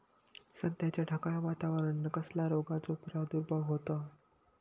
सध्याच्या ढगाळ वातावरणान कसल्या रोगाचो प्रादुर्भाव होता?